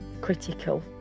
critical